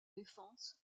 défense